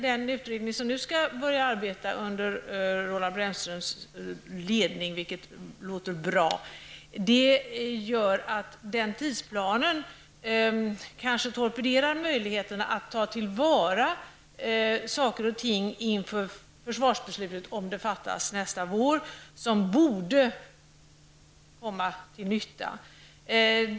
Den utredning som nu skall börja arbeta under Roland Brännströms ledning, vilket är bra, gör att tidsplanen kanske torpederar möjligheterna att ta till vara saker och ting inför försvarsbeslutet -- om det fattas nästa vår -- som borde komma till nytta.